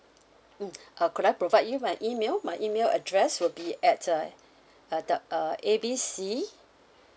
mm uh could I provide you my email my email address will be at uh uh the uh A B C